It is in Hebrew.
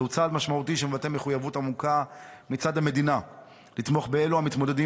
זהו צעד משמעותי המבטא מחויבות עמוקה מצד המדינה לתמוך במתמודדים